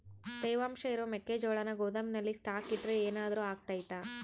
ತೇವಾಂಶ ಇರೋ ಮೆಕ್ಕೆಜೋಳನ ಗೋದಾಮಿನಲ್ಲಿ ಸ್ಟಾಕ್ ಇಟ್ರೆ ಏನಾದರೂ ಅಗ್ತೈತ?